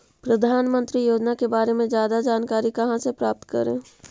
प्रधानमंत्री योजना के बारे में जादा जानकारी कहा से प्राप्त करे?